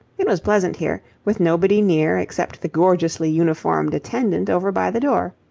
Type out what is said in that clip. it was pleasant here, with nobody near except the gorgeously uniformed attendant over by the door.